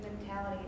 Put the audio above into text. mentality